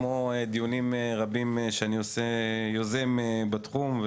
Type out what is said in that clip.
כמו דיונים רבים שאני יוזם בתחום,